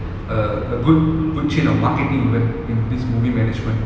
a good good chain of marketing even in this movie management